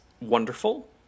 wonderful